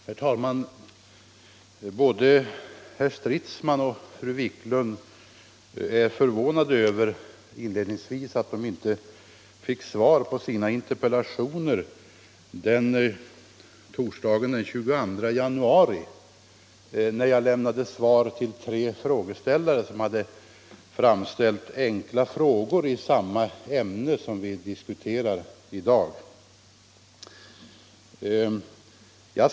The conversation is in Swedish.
Herr talman! Både herr Stridsman och fru Wiklund var inledningsvis förvånade över att de inte fick svar på sina interpellationer torsdagen den 22 januari, när jag lämnade svar till tre ledamöter som hade framställt frågor i samma ämne som det vi diskuterar i dag.